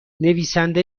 نویسنده